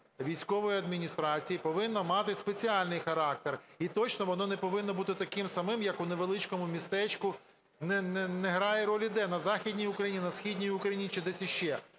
військової адміністрації повинна мати спеціальний характер, і точно воно не повинно бути таким самим, як у невеличкому містечку, не грає ролі де, на Західній Україні, на Східній Україні чи десь іще.